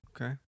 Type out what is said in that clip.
Okay